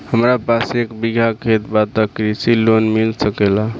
हमरा पास एक बिगहा खेत बा त कृषि लोन मिल सकेला?